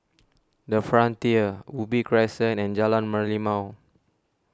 the Frontier Ubi Crescent and Jalan Merlimau